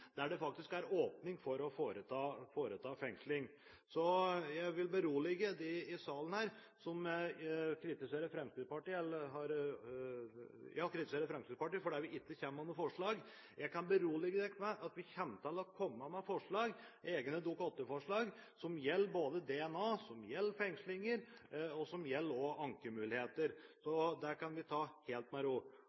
der det faktisk er åpning for å foreta fengsling. Så jeg vil berolige dem her i salen som kritiserer Fremskrittspartiet fordi vi ikke kommer med noe forslag. Jeg kan berolige dere med at vi kommer til å komme med forslag, egne Dokument 8-forslag, som gjelder DNA, som gjelder fengslinger, og som gjelder ankemuligheter. Så det kan dere ta helt med ro.